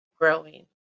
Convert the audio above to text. growing